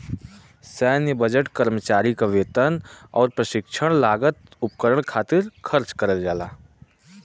सैन्य बजट कर्मचारी क वेतन आउर प्रशिक्षण लागत उपकरण खातिर खर्च करल जाला